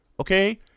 okay